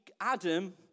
Adam